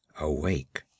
awake